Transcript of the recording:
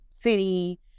city